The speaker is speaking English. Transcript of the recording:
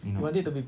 you know